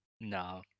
no